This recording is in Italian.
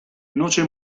noce